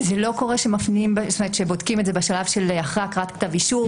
לא קורה שבודקים את זה אחרי הקראת כתב אישום,